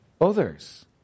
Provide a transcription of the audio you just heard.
others